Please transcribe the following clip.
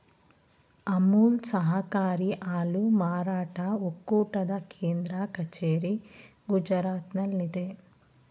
ಅಮುಲ್ ಸಹಕಾರಿ ಹಾಲು ಮಾರಾಟ ಒಕ್ಕೂಟದ ಕೇಂದ್ರ ಕಚೇರಿ ಗುಜರಾತ್ನಲ್ಲಿದೆ